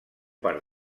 part